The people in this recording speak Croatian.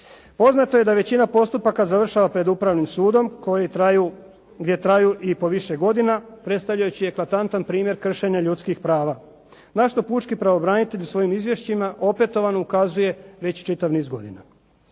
Poznato je da većina postupaka završava pred Upravnim sudom gdje traju i po više godina, predstavljajući epatantan primjer kršenja ljudskih prava, na što pučki pravobranitelj u svojim izvješćima opetovano ukazuje već čitav niz godina.